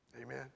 Amen